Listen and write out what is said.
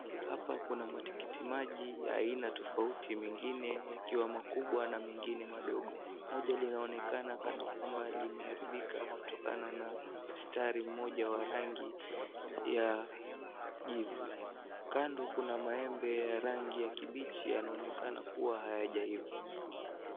Hapa kuna matikitiki maji ya aina tofauti mengine yakiwa makubwa mengine madogo moja linaonekana kanakwamba limeharibika kutokana na msitari mmoja wa rangi jivu, kando kuna maembe ya kijani kibichi yanaonekana kuwa hayajaiva.